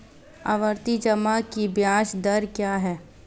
आवर्ती जमा की ब्याज दर क्या है?